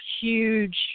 huge